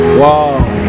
wow